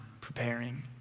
preparing